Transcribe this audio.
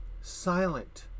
silent